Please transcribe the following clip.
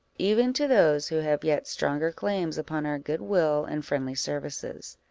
even to those who have yet stronger claims upon our good will and friendly services